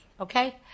okay